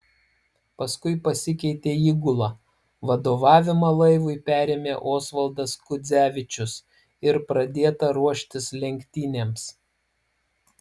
paskui pasikeitė įgula vadovavimą laivui perėmė osvaldas kudzevičius ir pradėta ruoštis lenktynėms